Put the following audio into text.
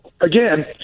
again